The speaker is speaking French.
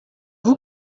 vous